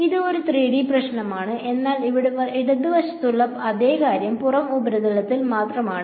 ഇത് ഒരു 3D പ്രശ്നമാണ് എന്നാൽ ഇവിടെ ഇടതുവശത്തുള്ള അതേ കാര്യം പുറം ഉപരിതലത്തിൽ മാത്രമാണ്